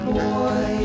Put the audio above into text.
boy